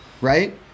right